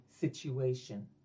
situation